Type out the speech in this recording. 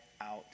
out